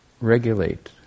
regulate